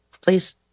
Please